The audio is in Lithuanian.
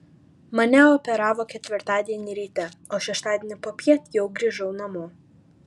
mane operavo ketvirtadienį ryte o šeštadienį popiet jau grįžau namo